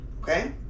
okay